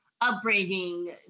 upbringing